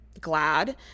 glad